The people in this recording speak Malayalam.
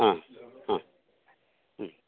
ആ ആ ഉം